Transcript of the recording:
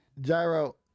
Gyro